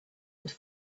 could